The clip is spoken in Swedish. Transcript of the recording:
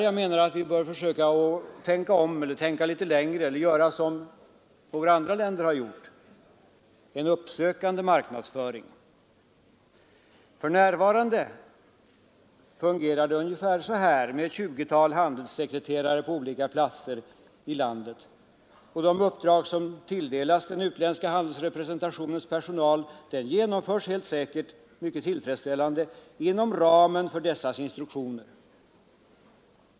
Jag menar att vi på den här punkten bör försöka tänka litet längre och, som några andra länder har gjort, tillämpa en uppsökande marknadsföring. En sådan verksamhet är också för närvarande i funktion, med ett tjugotal handelssekreterare på olika platser i utlandet. De uppdrag som tilldelats den utländska handelsrepresentationens personal genomför man helt säkert mycket tillfredsställande inom ramen för givna instruktioner.